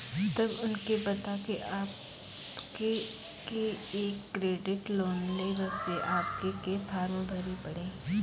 तब उनके बता के आपके के एक क्रेडिट लोन ले बसे आपके के फॉर्म भरी पड़ी?